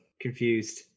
confused